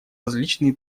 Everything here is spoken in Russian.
различные